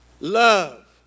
love